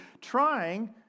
trying